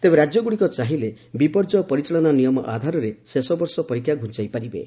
ତେବେ ରାଜ୍ୟଗୁଡ଼ିକ ଚାହିଁଲେ ବିପର୍ଯ୍ୟୟ ପରିଚାଳନା ନିୟମ ଆଧାରରେ ଶେଷ ବର୍ଷ ପରୀକ୍ଷା ଘୁଞ୍ଚାଇ ପାରିବେ